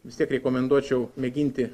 vis tiek rekomenduočiau mėginti